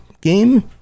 game